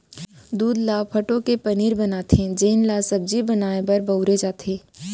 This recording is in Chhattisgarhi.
दूद ल फटो के पनीर बनाथे जेन ल सब्जी बनाए बर बउरे जाथे